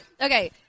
Okay